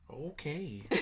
Okay